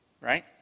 Right